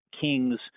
King's